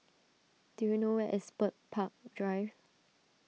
do you know where is Bird Park Drive